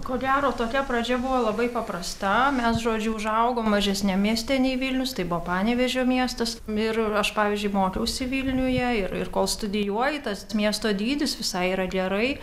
ko gero tokia pradžia buvo labai paprasta mes žodžiu užaugom mažesniam mieste nei vilnius tai buvo panevėžio miestas ir aš pavyzdžiui mokiausi vilniuje ir ir kol studijuoji tas miesto dydis visai yra gerai